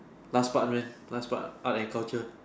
last part meh last part art and culture